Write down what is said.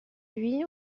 lui